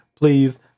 please